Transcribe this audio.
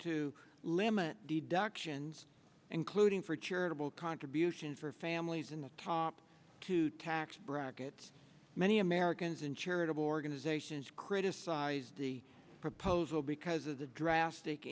to limit deductions including for charitable contributions for families in the top two tax brackets many americans and charitable organizations criticized the proposal because of the drastic